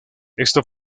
esto